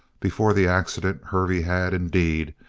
before the accident hervey had, indeed,